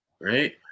Right